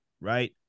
right